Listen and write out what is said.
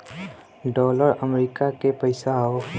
dollar America के पइसा हौ